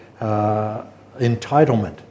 entitlement